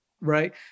right